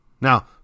Now